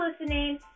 listening